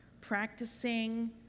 practicing